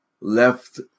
left